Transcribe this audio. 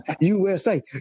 USA